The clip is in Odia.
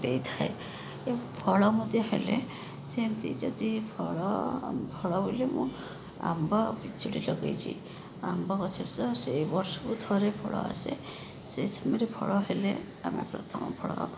ଦେଇଥାଏ ଏବଂ ଫଳ ମଧ୍ୟ ହେଲେ ସେମିତି ଯଦି ଫଳ ଫଳ ବୋଲି ମୁଁ ଆମ୍ବ ଆଉ ପିଜୁଳି ଲଗେଇଛି ଆମ୍ବ ଗଛରେ ତ ସେଇ ବର୍ଷକୁ ଥରେ ଫଳ ଆସେ ସେଇ ସମୟରେ ଫଳ ହେଲେ ଆମେ ପ୍ରଥମ ଫଳ